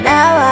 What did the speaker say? Now